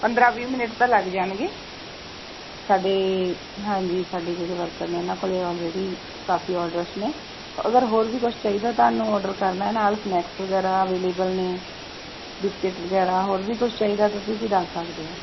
ਪੰਦਰਾਂ ਵੀਹ ਮਿੰਨਟ ਤਾਂ ਲੱਗ ਜਾਣਗੇ ਸਾਡੇ ਹਾਂਜੀ ਸਾਡੇ ਜਿਹੜੇ ਵਰਕਰ ਨੇ ਇਹਨਾਂ ਕੋਲ ਆਲਰੇਡੀ ਕਾਫੀ ਔਡਰਸ ਨੇ ਅਗਰ ਹੋਰ ਵੀ ਕੁਛ ਚਾਹੀਦਾ ਤੁਹਾਨੂੰ ਔਡਰ ਕਰਨਾ ਨਾਲ ਸਨੈਕਸ ਵਗੈਰਾ ਅਵੇਲੇਬਲ ਨੇ ਬਿਸਕਿਟ ਵਗੈਰਾ ਹੋਰ ਵੀ ਕੁਛ ਚਾਹੀਦਾ ਤਾਂ ਤੁਸੀਂ ਦੱਸ ਸਕਦੇ ਹੋ